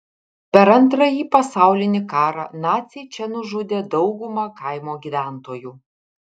per antrąjį pasaulinį karą naciai čia nužudė daugumą kaimo gyventojų